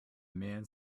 man